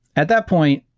at that point,